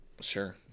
Sure